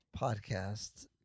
podcast